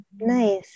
nice